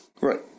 Right